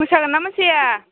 मोसागोन्ना मोसाया